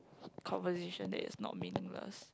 conversation that is not meaningless